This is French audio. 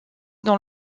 dans